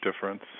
difference